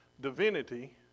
divinity